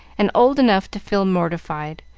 and old enough to feel mortified,